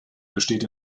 besteht